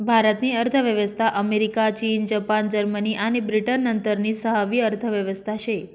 भारत नी अर्थव्यवस्था अमेरिका, चीन, जपान, जर्मनी आणि ब्रिटन नंतरनी सहावी अर्थव्यवस्था शे